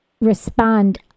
respond